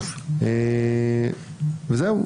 זהו.